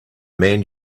man